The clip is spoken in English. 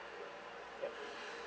yup